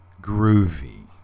groovy